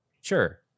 Sure